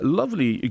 lovely